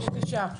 בבקשה.